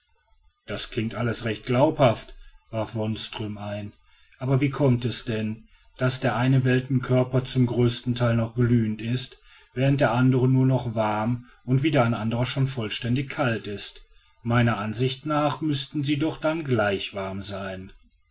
das klingt alles recht glaubhaft warf wonström ein aber wie kommt es denn daß der eine weltkörper zum größten teil noch glühend ist während der andere nur noch warm und wieder ein anderer schon vollständig kalt ist meiner ansicht nach müßten sie doch dann gleich warm sein